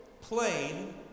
plain